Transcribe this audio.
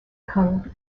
kung